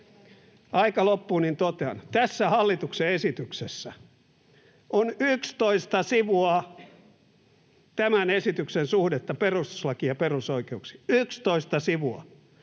Aika loppuu, niin totean, että tässä hallituksen esityksessä on 11 sivua tämän esityksen suhdetta perustuslakiin ja perusoikeuksiin — 11 sivua,